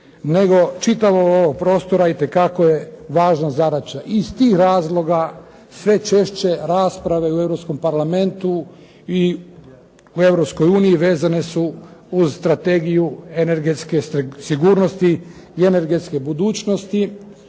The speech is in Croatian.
nego čitavog ovog prostora itekako je važna zadaća iz tih razloga sve češće rasprave u Europskom parlamentu i u Europskoj uniji vezane su uz strategiju energetske sigurnosti i energetske budućnosti,